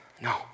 no